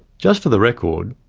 just for the record,